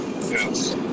Yes